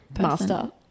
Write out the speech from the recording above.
master